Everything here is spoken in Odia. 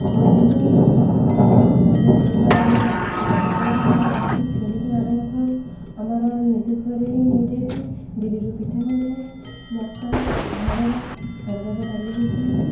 ଚିନି ହୁଏ ପନିପରିବାରୁ ପନିପରିବା ଆମେ ବାହାରୁ କିଣିକି ଆଣିିନଥାଉ ଆମର ନିଜସ୍ୱରେ ହି ହେଇଯାଇଥାଏ ବିରିରୁ ପିଠା ହୋଇଥାଏ ମକା ହରଡ଼ ହରଡ଼ରେ ଡାଲି ହୋଇଥାଏ